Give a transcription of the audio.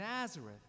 Nazareth